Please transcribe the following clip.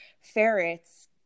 ferrets